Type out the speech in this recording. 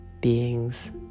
beings